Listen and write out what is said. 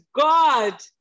God